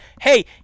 Hey